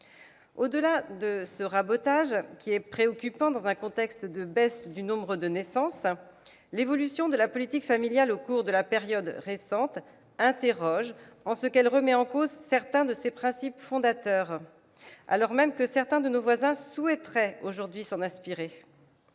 Au-delà de ce rabotage, qui est préoccupant dans un contexte de baisse du nombre des naissances, l'évolution de la politique familiale au cours de la période récente nous interpelle. Elle remet en effet en cause quelques-uns des principes fondateurs de cette politique, alors même que certains de nos voisins souhaiteraient aujourd'hui s'en inspirer.